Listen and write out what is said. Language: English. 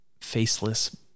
faceless